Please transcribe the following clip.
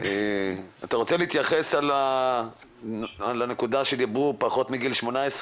אתה רוצה להתייחס לנקודה שדיברו על פחות מגיל 18,